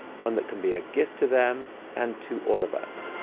one that can be a gift to them and to all of us.